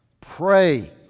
Pray